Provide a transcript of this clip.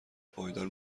پایدار